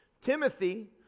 Timothy